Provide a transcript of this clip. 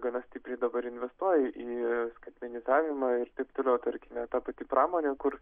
gana stipriai dabar investuoja į skaitmenizavimą ir taip toliau tarkime ta pati pramonė kur